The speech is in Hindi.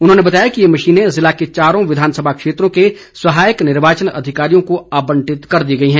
उन्होंने बताया कि ये मशीनें जिले के चारों विधानसभा क्षेत्रों के सहायक निर्वाचन अधिकारियों को आबंटित कर दी गई है